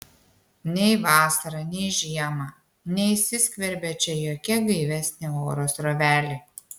nei vasarą nei žiemą neįsiskverbia čia jokia gaivesnė oro srovelė